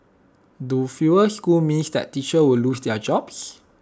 do fewer schools mean that teachers will lose their jobs